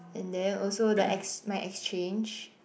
and then also the ex~ my exchange